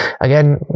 again